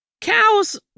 Cows